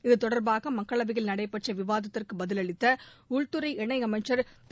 இத்தொடர்பாக மக்களவையில் நடைபெற்ற விவாதத்திற்கு பதிவளித்த உள்துறை இணையமைச்சர் திரு